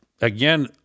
again